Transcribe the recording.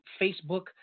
Facebook